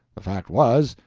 the fact was,